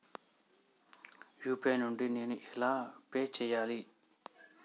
UPI నుండి నేను ఎలా పే చెయ్యాలి?